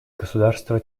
государство